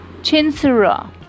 Chinsura